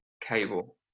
cable